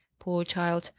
poor child!